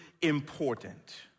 important